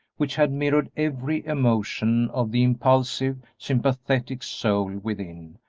which had mirrored every emotion of the impulsive, sympathetic soul within,